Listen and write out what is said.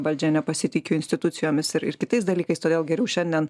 valdžia nepasitikiu institucijomis ir ir kitais dalykais todėl geriau šiandien